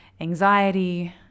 anxiety